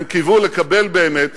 הם קיוו לקבל באמת